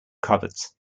coverts